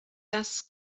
das